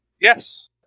Yes